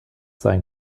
sein